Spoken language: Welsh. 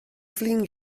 flin